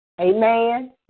Amen